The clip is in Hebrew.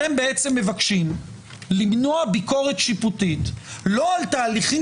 אתם בעצם מבקשים למנוע ביקורת שיפוטית לא על תהליכים